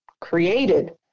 created